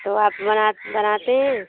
तो आप बनाते हैं